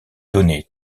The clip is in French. donner